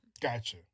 Gotcha